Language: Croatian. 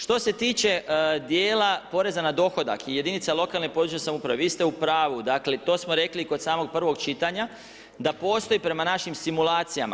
Što se tiče dijela poreza na dohodak i jedinica lokalne i područne samouprave vi ste u pravu, dakle, to smo rekli i kod samog prvog čitanja, da postoji prema našim simulacijama.